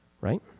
Right